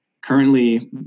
Currently